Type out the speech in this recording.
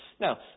Now